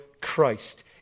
Christ